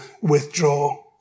withdraw